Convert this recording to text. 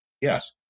Yes